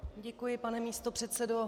Děkuji, pane místopředsedo.